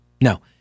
No